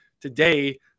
today